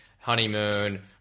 honeymoon